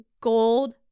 gold